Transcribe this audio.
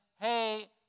hey